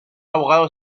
abogado